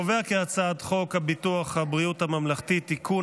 ההצעה להעביר את הצעת חוק ביטוח בריאות ממלכתי (תיקון,